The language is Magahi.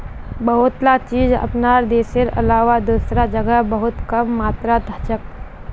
बहुतला चीज अपनार देशेर अलावा दूसरा जगह बहुत कम मात्रात हछेक